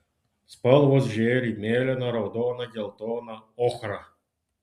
spalvos žėri mėlyna raudona geltona ochra